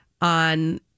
on